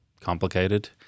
complicated